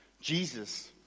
Jesus